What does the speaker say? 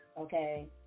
Okay